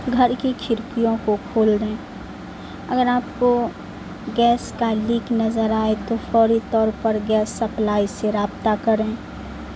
گھر کی کھڑکیوں کو کھول دیں اگر آپ کو گیس کا لیک نظر آئے تو فوری طور پر گیس سپلائی سے رابطہ کریں